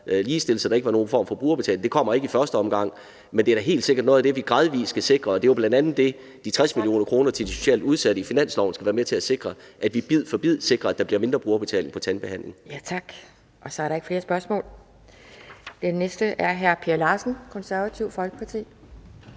ligestillet, så der ikke var nogen form for brugerbetaling. Det kommer ikke i første omgang, men det er da helt sikkert noget af det, vi gradvis skal sikre. Det er jo bl.a. det, de 60 mio. kr. til de socialt udsatte i finansloven skal være med til at sikre: at vi bid for bid sikrer, at der bliver mindre brugerbetaling på tandbehandling. Kl. 10:34 Anden næstformand (Pia Kjærsgaard): Tak. Så er der ikke flere spørgsmål. Den næste er hr. Per Larsen, Det Konservative Folkeparti.